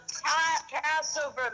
Passover